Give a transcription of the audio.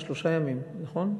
שלושה ימים, נכון?